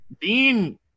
Dean